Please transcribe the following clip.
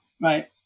Right